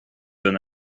than